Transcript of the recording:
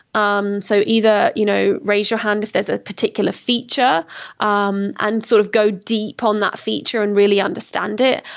um so either you know raise your hand if there's a particular feature um and sort of go deep on that feature and really understand it.